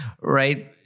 right